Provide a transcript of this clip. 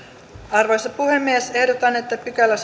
arvoisa puhemies ehdotan että sadasyhdeksäskymmenesensimmäinen pykälä